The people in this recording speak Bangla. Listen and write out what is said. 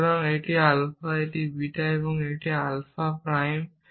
সুতরাং এটি আলফা এবং এটি বিটা এবং এটি আলফা প্রাইম